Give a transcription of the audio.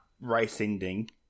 race-ending